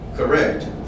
Correct